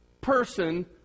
person